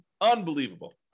Unbelievable